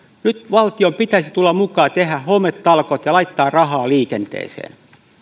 nyt valtion pitäisi tulla mukaan ja tehdä hometalkoot ja laittaa rahaa liikenteeseen